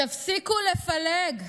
תפסיקו לפלג.